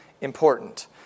important